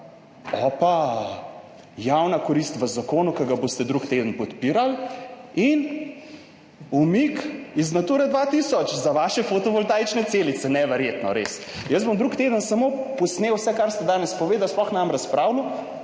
Opa, javna korist v zakonu, ki ga boste drug teden podpirali in umik iz Nature 2000 za vaše fotovoltaične celice. Neverjetno, res! Jaz bom drug teden samo posnel vse, kar ste danes povedali, sploh nam razpravljal